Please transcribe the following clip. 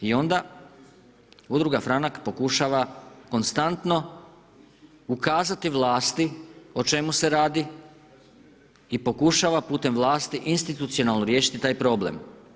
I onda, udruga Franak pokušava konstantno ukazati vlasti o čemu se radi i pokušava putem vlasti institucionalno riješiti taj problem.